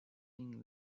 sing